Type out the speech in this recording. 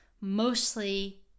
mostly